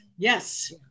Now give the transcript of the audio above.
Yes